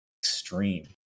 extreme